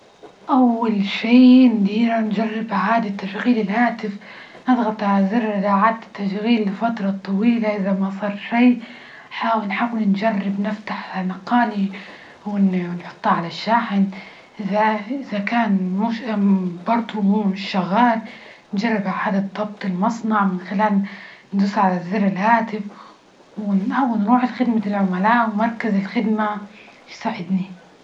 أول شي نديرها، نجرب إعادة تشغيل الهاتف، نضغط على زر إعادة التشغيل لفترة طويلة، إذا ما صار شي، حاول نجرب، نفتح نقالي، هون ونحطها على الشاحن، إذا كان مش برضه مش شغال، نجرب إعادة ضبط المصنع من خلال ندوس على زر الهاتف، ون-ونروح لخدمة العملاء ومركز الخدمة، يساعدني.